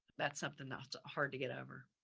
that's something that's hard to get over.